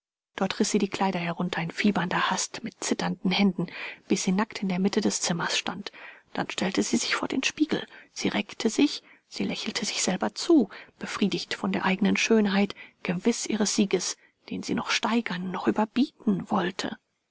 dort riß sie die kleider herunter in fiebernder hast mit zitternden händen bis sie nackt in der mitte des zimmers stand dann stellte sie sich vor den spiegel sie reckte sich sie lächelte sich selber zu befriedigt von der eigenen schönheit gewiß ihres sieges den sie noch steigern noch überbieten wollte